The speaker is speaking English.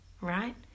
right